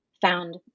found